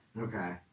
Okay